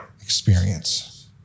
experience